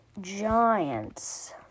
Giants